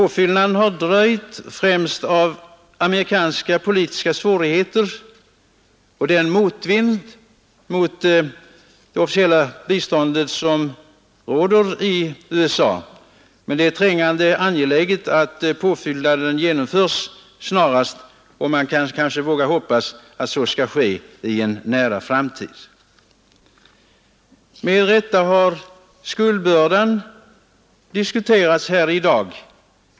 Påfyllnaden har dröjt, främst på grund av amerikanska politiska svårigheter och den motvind mot det officiella biståndet som råder i USA, men det är trängande angeläget att påfyllnaden genomförs snarast. Man kan hoppas att så skall ske i en nära framtid. Med rätta har u-ländernas skuldbörda diskuterats här i dag.